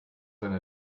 eine